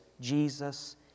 Jesus